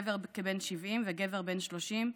גבר כבן 70 וגבר בן 30,